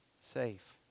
safe